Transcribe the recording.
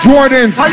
Jordans